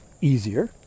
easier